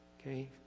Okay